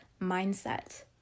mindset